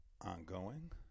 ongoing